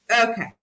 Okay